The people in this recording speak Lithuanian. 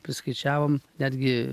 priskaičiavom netgi